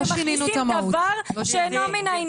אתם מכניסים דבר שאינו מן העניין.